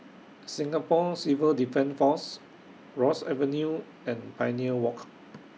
Singapore Civil Defence Force Ross Avenue and Pioneer Walk